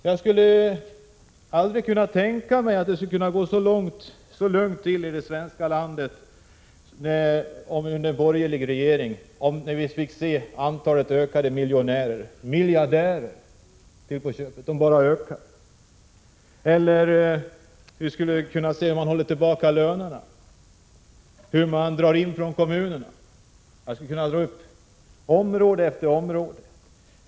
Jag kan aldrig tänka mig att det skulle gå så lugnt till i vårt land, om vi under en borgerlig regering skulle få se antalet miljonärer, ja, även miljardärer, öka som nu. Hur skulle reaktionen vara om en borgerlig regering såsom den socialdemokratiska höll tillbaka lönerna och drog in pengar från kommunerna? Ja, jag skulle kunna dra upp område efter område där försämringar sker.